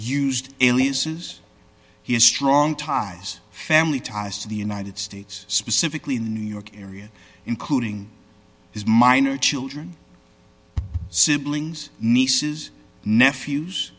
used aliases he has strong ties family ties to the united states specifically in new york area including his minor children siblings nieces nephews